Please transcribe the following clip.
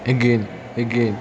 again again